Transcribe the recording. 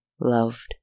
loved